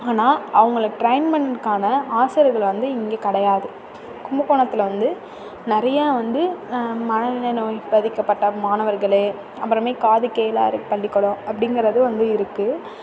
ஆனால் அவங்களை ட்ரெய்ன் பண்ணுறதுக்கான ஆசிரியர்கள் வந்து இங்கே கிடையாது கும்பகோணத்தில் வந்து நிறையா வந்து மனநல நோய் பாதிக்கப்பட்ட மாணவர்கள் அப்புறமே காது கேளாதோர் பள்ளிக்கூடம் அப்படிங்கிறது வந்து இருக்குது